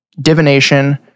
divination